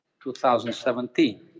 2017